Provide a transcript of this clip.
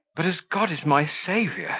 but as god is my saviour,